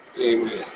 Amen